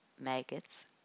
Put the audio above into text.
maggots